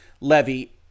levy